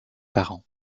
parents